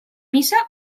missa